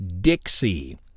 dixie